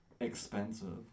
expensive